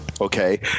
Okay